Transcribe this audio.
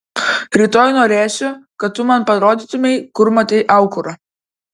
rytoj norėsiu kad tu man parodytumei kur matei aukurą